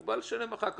הוא בא לשלם אחר כך.